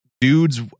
dudes